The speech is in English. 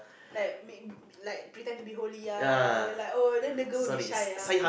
like make like pretend to be holy ah then like oh then the girl will be shy ya